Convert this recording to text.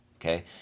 okay